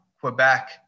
Quebec